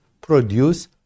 produce